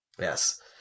Yes